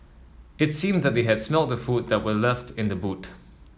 it seemed that they had smelt the food that were left in the boot